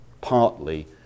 partly